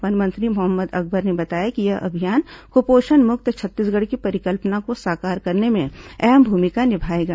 one मंत्री मोहम्मद अकबर ने बताया कि यह अभियान कुपोषण मुक्त छत्तीसगढ़ की परिकल्पना को साकार करने में अहम भूमिका निभाएगा